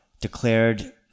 declared